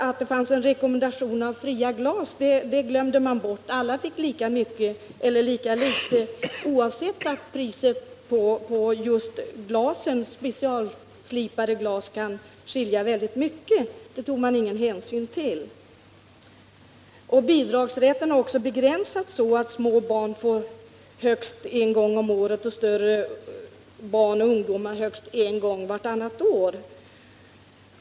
Att det fanns en rekommendation om fria glas glömde man bort. Alla fick lika mycket eller lika litet. Att priset på just specialslipade glas kan vara väldigt olika tog man ingen hänsyn till. Bidragsrätten har också begränsats så att små barn får ersättning högst en gång om året och större barn och ungdomar högst en gång vartannat år.